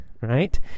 right